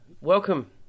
welcome